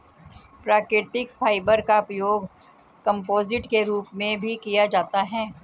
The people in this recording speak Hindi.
प्राकृतिक फाइबर का उपयोग कंपोजिट के रूप में भी किया जाता है